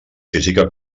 física